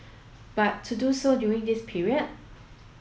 but to do so during this period